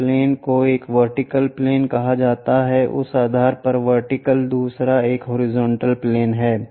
इन plane को एक vertical plane कहा जाता है उस आधार पर वर्टिकल दूसरा एक हॉरिजॉन्टल प्लेन है